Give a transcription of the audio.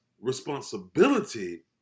responsibility